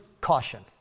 caution